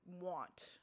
want